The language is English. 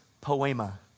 poema